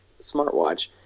smartwatch